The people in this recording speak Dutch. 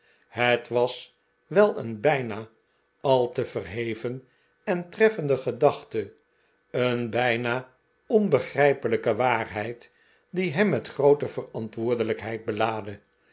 het was wel een bijna al te verheven en treffende gedachte een bijna onbegrijpelijke waarheid die hem met groote verantwoordelijkheid belaadde